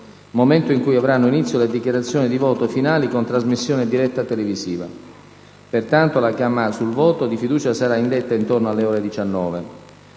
momento in cui avranno inizio le dichiarazioni di voto finali con trasmissione diretta televisiva. Pertanto, la chiama sul voto di fiducia sarà indetta intorno alle ore 19.